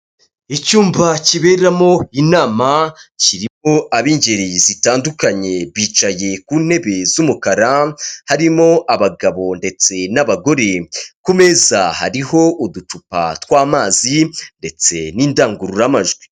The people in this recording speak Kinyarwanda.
Icyumba kiberamo inama kirimo ab'ingeri zitandukanye bicaye ku ntebe z'umukara, harimo abagabo ndetse n'abagore ku meza hariho uducupa tw'amazi ndetse n'indangururamajwi.